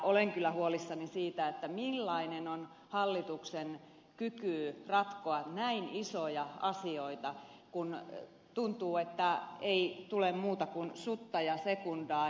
olen kyllä huolissani siitä millainen on hallituksen kyky ratkoa näin isoja asioita kun tuntuu että ei tule muuta kuin sutta ja sekundaa